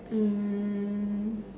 um